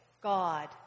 God